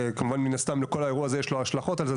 ומן הסתם לכל האירוע הזה יש השלכות על זה,